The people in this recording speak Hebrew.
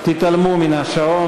תתעלמו מן השעון.